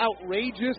outrageous